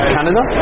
Canada